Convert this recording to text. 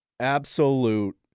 absolute